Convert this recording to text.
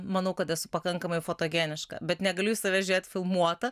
manau kad esu pakankamai fotogeniška bet negaliu į save žiūrėt filmuotą